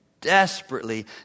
desperately